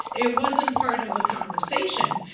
it wasn't part of the conversation.